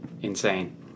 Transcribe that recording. insane